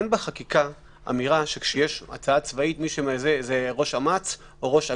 אין בחקיקה אמירה שכשיש הצעה צבאית של ראש אמ"ץ או ראש אג"ת.